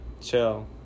chill